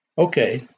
okay